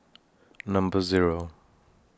Number Zero